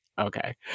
okay